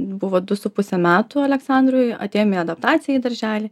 buvo du su puse metų aleksandrui atėjom į adaptaciją į darželį